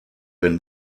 been